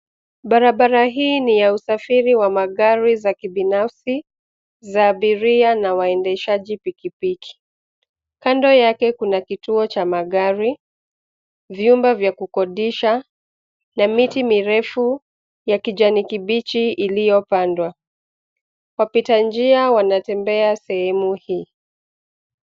Barabara hii ni ya usafiri wa magari za kibinafsi, za abiria na waendeshaji pikipiki. Kando yake kuna kituo cha magari, vyumba vya kukodisha, na miti mirefu ya kijani kibichi iliyopandwa. Wapita njia wanatembea sehemu hii.